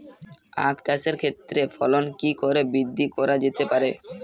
আক চাষের ক্ষেত্রে ফলন কি করে বৃদ্ধি করা যেতে পারে?